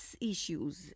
issues